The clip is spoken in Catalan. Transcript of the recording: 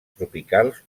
tropicals